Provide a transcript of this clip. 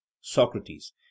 Socrates